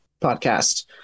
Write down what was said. podcast